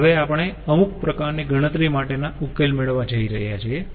હવે આપણે અમુક પ્રકારની ગણતરી માટેના ઉકેલ મેળવવા જઈ રહ્યા છીએ